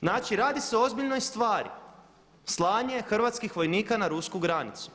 Znači radi se o ozbiljnoj stvari, slanje hrvatskih vojnika na rusku granicu.